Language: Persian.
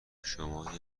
شماری